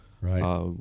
Right